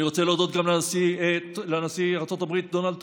אני רוצה להודות גם לנשיא ארצות הברית דונלד טראמפ,